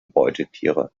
beutetiere